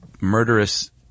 murderous